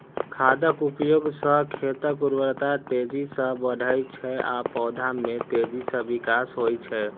खादक उपयोग सं खेतक उर्वरता तेजी सं बढ़ै छै आ पौधा मे तेजी सं विकास होइ छै